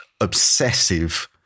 obsessive